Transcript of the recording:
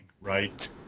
right